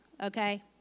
okay